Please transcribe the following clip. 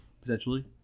potentially